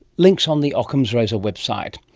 links on the ockham's razor website.